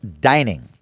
dining